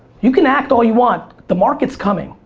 you can act all you want. the market's coming.